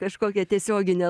kažkokią tiesioginę